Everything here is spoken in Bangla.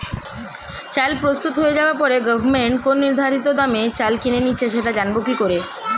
চাল প্রস্তুত হয়ে যাবার পরে গভমেন্ট কোন নির্ধারিত দামে চাল কিনে নিচ্ছে সেটা জানবো কি করে?